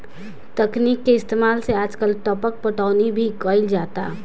तकनीक के इस्तेमाल से आजकल टपक पटौनी भी कईल जाता